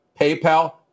PayPal